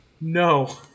no